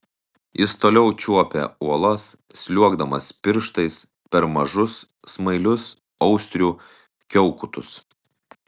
jis toliau čiuopė uolas sliuogdamas pirštais per mažus smailius austrių kiaukutus